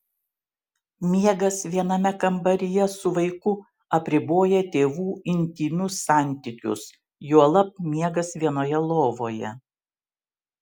miegas viename kambaryje su vaiku apriboja tėvų intymius santykius juolab miegas vienoje lovoje